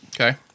Okay